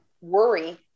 worry